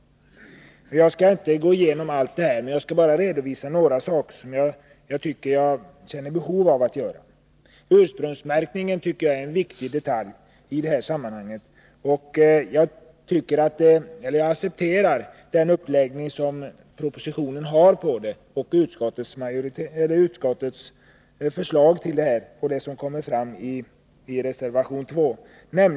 Jag skall här bara redovisa några saker som jag har ett behov av att få understryka. Ursprungsmärkningen är en viktig detalj i detta sammanhang. Jag accepterar propositionens uppläggning, utskottets förslag och vad som kommer fram i reservation 2.